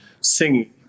singing